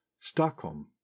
Stockholm